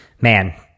Man